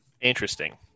Interesting